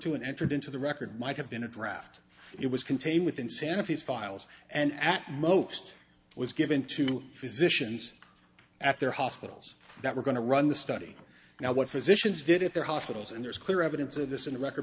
to and entered into the record might have been a draft it was contained within sanity's files and that most was given to physicians at their hospitals that were going to run the study now what physicians did at their hospitals and there's clear evidence of this in the record